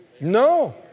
No